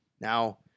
Now